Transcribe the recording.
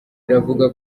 iravuga